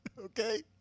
Okay